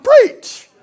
preach